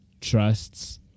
trusts